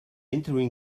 interim